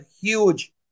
huge